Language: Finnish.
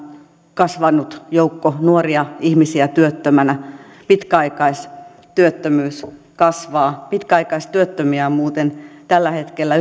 kasvanut joukko nuoria ihmisiä työttöminä pitkäaikaistyöttömyys kasvaa pitkäaikaistyöttömiä on muuten tällä hetkellä